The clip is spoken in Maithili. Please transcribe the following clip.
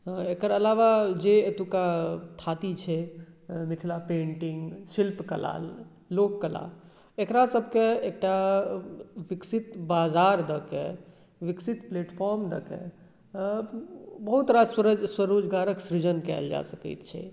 आ एकर अलावा जे एतुका धाती छै मिथिला पेंटिंग शिल्पकला लोककला एकरा सबके एकटा विकसित बाजारके विकसित प्लेटफोर्म के बहुत रास स्वरोजगारक सृजन कयल जा सकैत छै